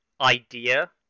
idea